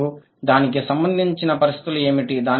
మరియు దానికి సంబంధించిన పరిస్థితులు ఏమిటి